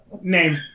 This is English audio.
Name